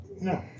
No